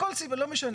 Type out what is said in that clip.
מכל סיבה, לא משנה.